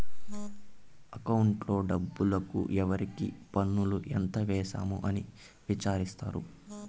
అకౌంట్లో డబ్బుకు ఎవరికి పన్నులు ఎంత వేసాము అని విచారిత్తారు